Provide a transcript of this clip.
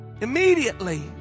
immediately